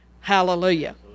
Hallelujah